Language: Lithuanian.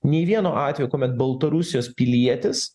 nei vieno atvejo kuomet baltarusijos pilietis